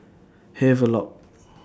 Havelock